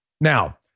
Now